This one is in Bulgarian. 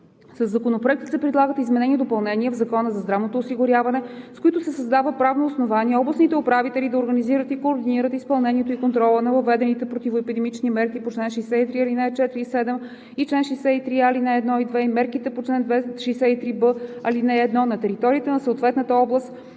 Със Законопроекта се предлагат изменения и допълнения в Закона за здравното осигуряване, с които се създава правно основание областните управители да организират и координират изпълнението и контрола на въведените противоепидемични мерки по чл. 63, ал. 4 и 7 и чл. 63а, ал. 1 и 2 и мерките по чл. 63б, ал. 1 на територията на съответната област,